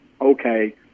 okay